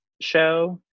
show